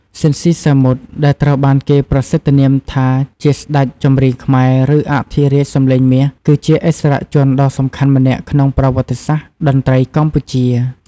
ស៊ីន ស៊ីសាមុត ដែលត្រូវបានគេប្រសិទ្ធនាមថាជា ស្ដេចចម្រៀងខ្មែរ ឬ អធិរាជសម្លេងមាស គឺជាឥស្សរជនដ៏សំខាន់ម្នាក់ក្នុងប្រវត្តិសាស្ត្រតន្ត្រីកម្ពុជា ។